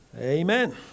Amen